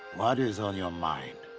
what is on your mind?